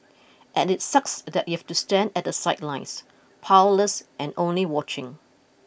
and it sucks that you've to stand at the sidelines powerless and only watching